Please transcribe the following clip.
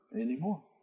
anymore